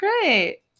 great